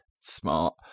smart